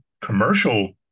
commercial